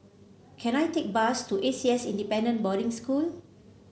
can I take a bus to A C S Independent Boarding School